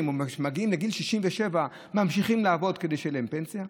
שמגיעים לגיל 67 ממשיכים לעבוד כדי שתהיה להם פנסיה.